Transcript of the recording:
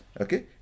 okay